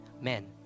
man